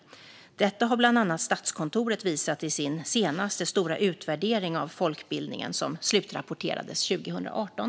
Detta har bland annat Statskontoret visat i sin senaste stora utvärdering av folkbildningen som slutrapporterades 2018.